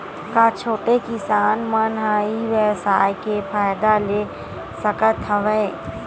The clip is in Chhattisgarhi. का छोटे किसान मन ई व्यवसाय के फ़ायदा ले सकत हवय?